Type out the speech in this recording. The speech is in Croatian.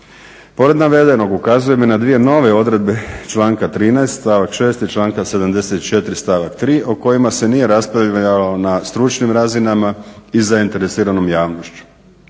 Pored navedenog ukazujem i na dvije nove odredbe članka 13. stavak 6. i članka 74. stavak 3. o kojima se nije raspravljalo na stručnim razinama i zainteresiranom javnošću.